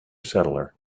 settler